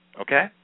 Okay